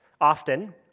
Often